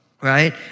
right